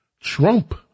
Trump